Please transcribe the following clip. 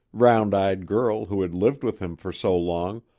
round-eyed girl who had lived with him for so long,